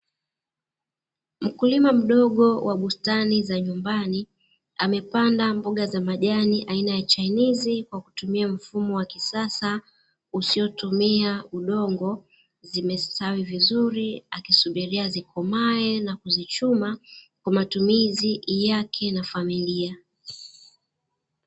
Mkulima mdogo wa bustani za nyumbani amepanda mboga za majani aina ya chinizi, kwa kutumia mfumo wa kisasa, usiotumia udongo zimestawi vizuri akisubiria zikomae na kuzichuma kwa matumizi yake na familia.